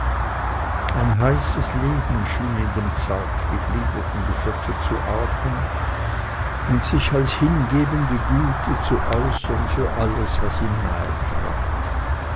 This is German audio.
ein heißes leben schien in dem zartgegliederten geschöpfe zu atmen und sich als hingebende güte zu äußern für alles was ihm